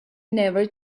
never